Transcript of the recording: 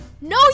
No